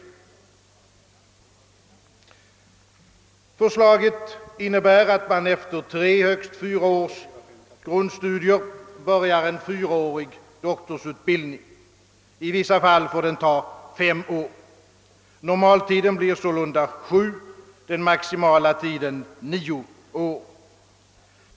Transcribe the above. Förslaget innebär, att man efter tre, högst fyra års grundstudier börjar en fyraårig doktorsutbildning, som i vissa fall får ta fem år. Normaltiden blir sålunda sju, den maximala tiden nio år.